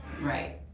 Right